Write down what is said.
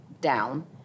down